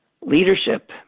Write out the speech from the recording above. Leadership